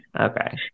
Okay